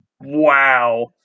Wow